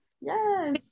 Yes